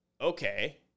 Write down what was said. okay